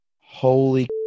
holy